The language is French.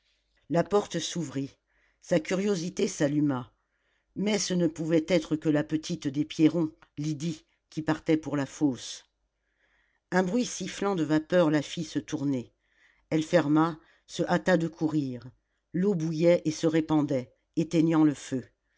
la porte s'ouvrit sa curiosité s'alluma mais ce ne pouvait être que la petite des pierron lydie qui partait pour la fosse un bruit sifflant de vapeur la fit se tourner elle ferma se hâta de courir l'eau bouillait et se répandait éteignant le feu